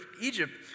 Egypt